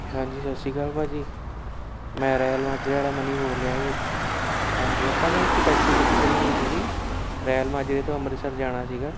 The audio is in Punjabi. ਹਾਂਜੀ ਸਤਿ ਸ਼੍ਰੀ ਕਾਲ ਭਾਜੀ ਮੈਂ ਰੈਲ ਮਾਜਰੇ ਵਾਲਾ ਮਨੀ ਬੋਲ ਰਿਹਾ ਜੀ ਹਾਂਜੀ ਆਪਾਂ ਨੇ ਇੱਕ ਟੈਕਸੀ ਬੁੱਕ ਕਰੀ ਹੋਈ ਸੀਗੀ ਰੈਲ ਮਾਜਰੇ ਤੋਂ ਅੰਮ੍ਰਿਤਸਰ ਜਾਣਾ ਸੀਗਾ